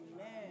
Amen